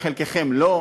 וחלקכם לא,